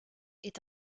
est